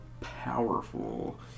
powerful